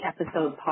episode